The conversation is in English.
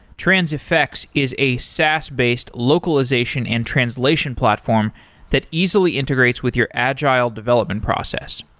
transifex is a saas based localization and translation platform that easily integrates with your agile development process.